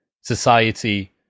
society